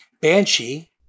Banshee